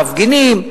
המפגינים,